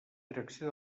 direcció